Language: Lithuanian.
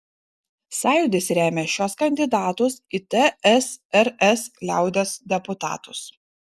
sąjūdis remia šiuos kandidatus į tsrs liaudies deputatus